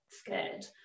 scared